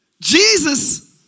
Jesus